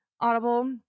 Audible